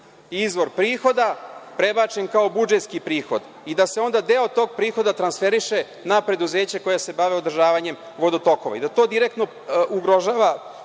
izvor prihoda prebačen kao budžetski prihod i da se onda deo tog prihoda transferiše na preduzeća koja se bave održavanjem vodotokova i da to direktno ugrožava